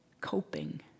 coping